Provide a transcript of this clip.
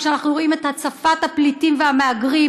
כשאנחנו רואים את הצפת הפליטים והמהגרים